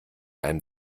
ein